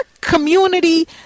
community